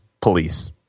police